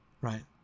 right